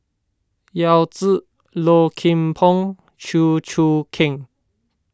Yao Zi Low Kim Pong Chew Choo Keng